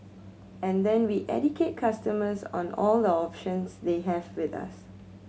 and then we educate customers on all the options they have with us